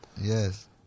yes